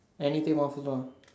anything want full bar